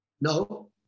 No